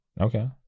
Okay